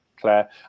Claire